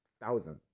thousand